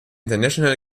international